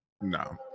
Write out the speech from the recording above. No